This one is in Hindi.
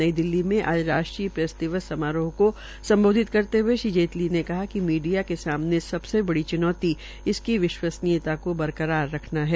नई दिल्ली में आज राष्ट्रीय प्रेस दिवस समारोह को सम्बोधित करते हए श्री जेटली ने कहा कि मीडिया के सामने सबसे बड़ी च्नौती इसकी विश्वसनीयता को बरकरार रखना है